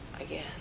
again